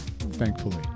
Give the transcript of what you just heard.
Thankfully